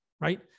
right